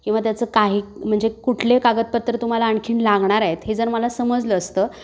किंवा त्याचं काही म्हणजे कुठले कागदपत्र तुम्हाला आणखीन लागणार आएत हे जर मला समजलं असतं